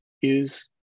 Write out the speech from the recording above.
use